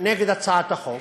נגד הצעת החוק,